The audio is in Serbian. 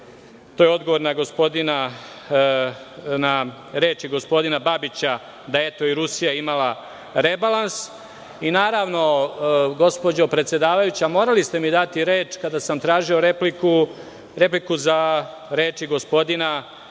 To je odgovor na reči gospodina Babića da, eto, i Rusija je imala rebalans. Naravno, gospođo predsedavajuća, morali ste mi dati reč kada sam tražio repliku za reči gospodina Babića